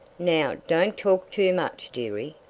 now, don't talk too much dearie,